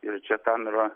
ir čia tam yra